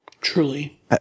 Truly